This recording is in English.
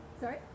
Sorry